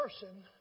person